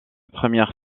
première